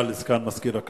תודה לסגן מזכירת הכנסת.